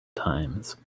times